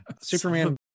Superman